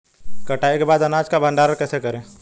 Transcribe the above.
कटाई के बाद अनाज का भंडारण कैसे करें?